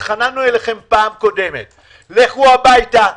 התחננו אליכם פעם קודמת לכו הביתה,